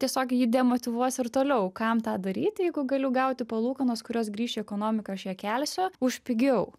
tiesiog jį demotyvuos ir toliau kam tą daryti jeigu galiu gauti palūkanas kurios grįš į ekonomiką aš ją kelsiu už pigiau